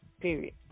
period